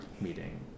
meeting